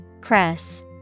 Cress